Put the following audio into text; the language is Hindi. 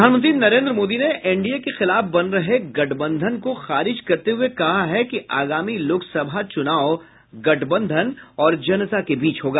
प्रधानमंत्री नरेन्द्र मोदी ने एनडीए के खिलाफ बन रहे गठबंधन को खारिज करते हुये कहा है कि आगामी लोकसभा चुनाव गठबंधन और जनता के बीच होगा